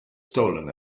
stolen